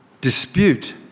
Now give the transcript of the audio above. dispute